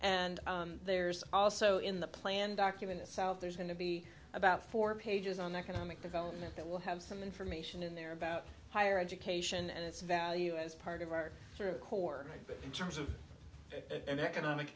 and there's also in the plan document itself there's going to be about four pages on economic development that will have some information in there about higher education and its value as part of our sort of core but in terms of an economic